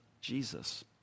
Jesus